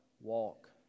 walk